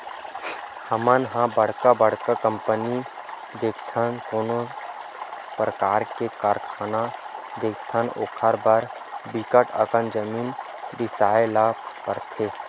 हमन ह बड़का बड़का कंपनी देखथन, कोनो परकार के कारखाना देखथन ओखर बर बिकट अकन जमीन बिसाए ल परथे